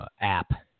app